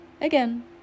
Again